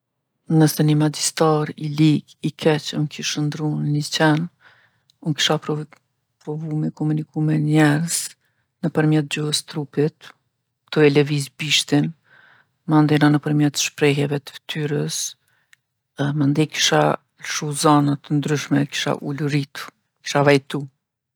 Nëse ni magjistar i ligë, i keq m'kish shëndrru në ni qen, unë kisha prov provu me komuniku me njerz nëpërmjet gjuhës trupit, tu e levizë bishtin, mandena nëpërmjet shprehjeve t'ftyrës edhe mandej kisha lshu zana t'ndryshme, kisha uluritë, kisha vajtu.